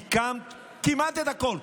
הקמת כמעט את הכול.